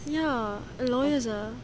ya lawyers ah